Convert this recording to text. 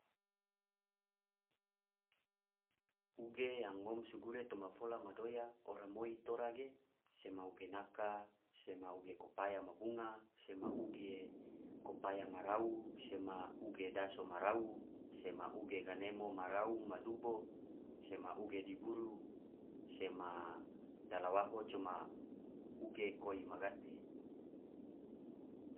Uge yang ngom so gure toma fola madoya ora moi tora ge sema uge naka, sema uke kopaya ma bunga, sema uge kopaya marau, sema uge daso marau, sema uge ganemo ma rau ma dubo, sema uge diburu, sema dalawaho, coma uge koi ma gate'.